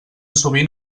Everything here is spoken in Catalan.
sovint